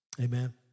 Amen